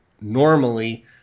normally